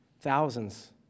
Thousands